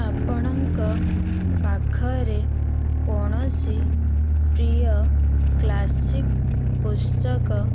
ଆପଣଙ୍କ ପାଖରେ କୌଣସି ପ୍ରିୟ କ୍ଲାସିକ୍ ପୁସ୍ତକ